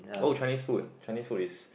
oh Chinese food Chinese food is